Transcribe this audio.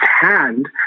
hand